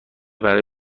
برای